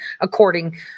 according